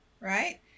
right